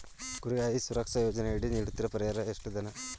ಕುರಿಗಾಹಿ ಸುರಕ್ಷಾ ಯೋಜನೆಯಡಿ ನೀಡುತ್ತಿರುವ ಪರಿಹಾರ ಧನ ಎಷ್ಟು?